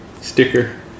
sticker